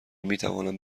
میتوانم